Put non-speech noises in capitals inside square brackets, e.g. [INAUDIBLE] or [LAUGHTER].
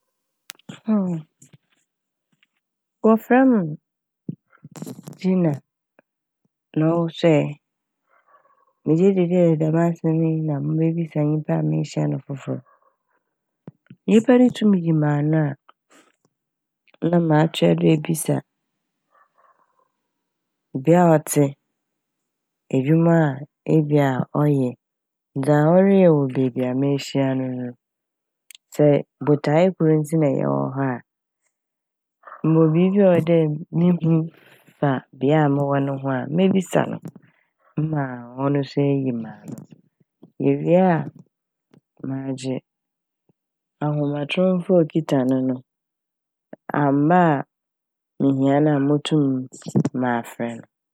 [HESITATION] Wɔfrɛ m' [NOISE] Gina na ɔwo so ɛ? Megye dzi dɛ asɛm yi na mebebisa a nyimpa a mehyia no fofor. Nyimpa no tum yi mano a [HESITATION] na matoa do ebesa n' bea a ɔtse, edwuma a ebi a ɔyɛ, dza ɔreyɛ wɔ beebi a mehyia no no. Sɛ botae kor ntsi na yɛwɔ hɔ a mowɔ biibi wɔ hɔ a ɔwɔ dɛ muhu fa bea mowɔ no ho a mebisa no mma ɔno so eyi mano. Mewie a magye ahomatrofo a okitsa no no amba a mihia no a motum mafrɛ no.